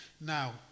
Now